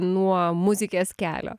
nuo muzikės kelio